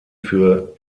für